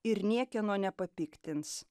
ir niekieno nepapiktins